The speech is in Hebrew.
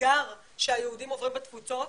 והאתגר שהיהודים עוברים בתפוצות,